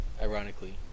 ironically